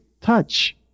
touch